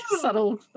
subtle